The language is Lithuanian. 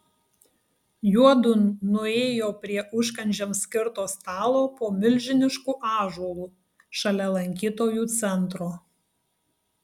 juodu nuėjo prie užkandžiams skirto stalo po milžinišku ąžuolu šalia lankytojų centro